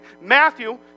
Matthew